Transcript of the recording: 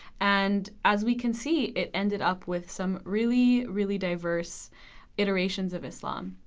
and as we can see it ended up with some really really diverse iterations of islam.